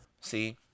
see